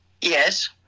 yes